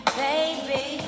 baby